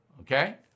Okay